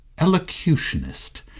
elocutionist